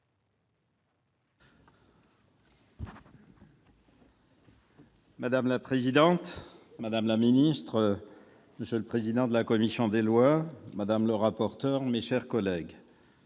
Madame la présidente, madame le ministre, monsieur le président de la commission des lois, madame le rapporteur, mes chers collègues,